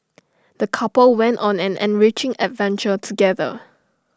the couple went on an enriching adventure together